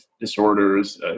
disorders